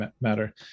matter